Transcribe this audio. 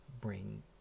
bring